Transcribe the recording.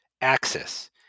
axis